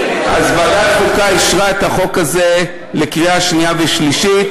ועדת החוקה אישרה את החוק הזה לקריאה שנייה ושלישית,